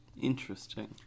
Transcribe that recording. Interesting